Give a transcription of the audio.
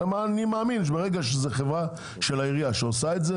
אני מאמין שברגע שזאת חברה של העירייה שעושה את זה,